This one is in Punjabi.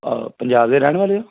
ਪੰਜਾਬ ਦੇ ਰਹਿਣ ਵਾਲੇ ਹੋ